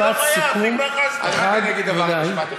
אתה לא חייב, נגמר הזמן.